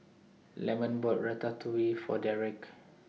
Lemon bought Ratatouille For Dereck